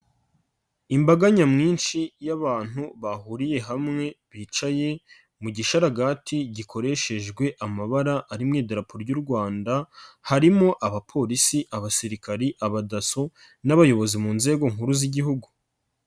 Imbaga nyamwinshi y'abantu bahuriye hamwe bicaye mu gisharagati gikoreshejwe amabara arimo idarapo ry'u Rwanda, harimo abapolisi, abasirikari, aba DASSO n'abayobozi mu nzego nkuru z'Igihugu.